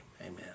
Amen